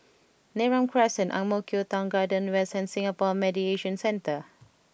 Neram Crescent Ang Mo Kio Town Garden West and Singapore Mediation Centre